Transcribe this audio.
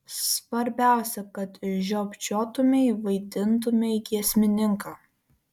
svarbiausia kad žiopčiotumei vaidintumei giesmininką